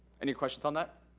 any questions on that?